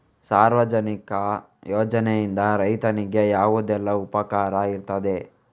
ಸಾರ್ವಜನಿಕ ಯೋಜನೆಯಿಂದ ರೈತನಿಗೆ ಯಾವುದೆಲ್ಲ ಉಪಕಾರ ಇರ್ತದೆ?